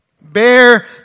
Bear